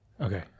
Okay